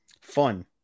Fun